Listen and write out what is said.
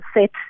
set